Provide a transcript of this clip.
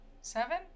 Seven